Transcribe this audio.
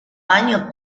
año